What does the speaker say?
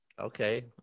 Okay